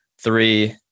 Three